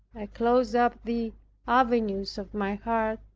i closed up the avenues of my heart,